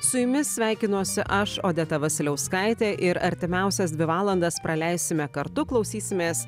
su jumis sveikinuosi aš odeta vasiliauskaitė ir artimiausias dvi valandas praleisime kartu klausysimės